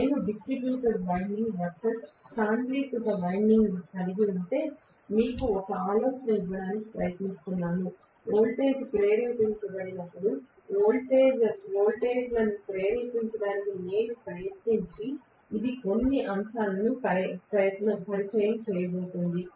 నేను distributed winding versus సాంద్రీకృత winding కలిగి ఉంటే మీకు ఒక ఆలోచన ఇవ్వడానికి ప్రయత్నిస్తున్నాను వోల్టేజ్ ప్రేరేపించబడినప్పుడు వోల్టేజ్లను ప్రేరేపించడానికి నేను ప్రయత్నించినప్పుడు ఇది కొన్ని అంశాలను పరిచయం చేయబోతోంది